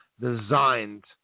designed